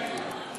אינה נוכחת,